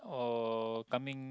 or coming